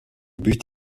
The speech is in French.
but